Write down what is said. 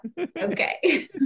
okay